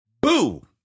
boo